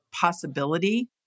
possibility